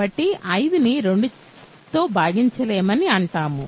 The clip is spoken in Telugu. కాబట్టి 5ని 2 చే భాగించలేమని అంటాము